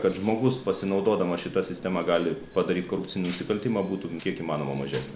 kad žmogus pasinaudodamas šita sistema gali padaryt korupcinį nusikaltimą būtų kiek įmanoma mažesnė